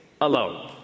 alone